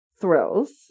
thrills